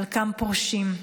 חלקם פורשים.